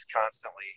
constantly